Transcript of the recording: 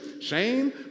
shame